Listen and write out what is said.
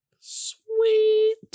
Sweet